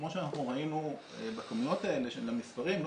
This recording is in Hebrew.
כמו שאנחנו ראינו בכמויות האלה של המספרים לא